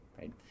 right